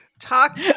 talk